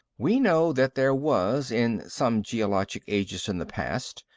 we know that there was, in some geologic ages in the past,